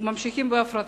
ממשיכים בהפרטה.